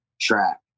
track